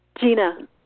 Gina